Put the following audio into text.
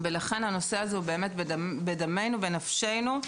לכן הנושא הזה הוא בדמנו, בנפשנו.